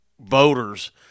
voters